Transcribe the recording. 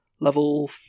level